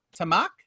Tamak